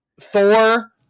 thor